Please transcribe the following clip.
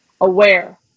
aware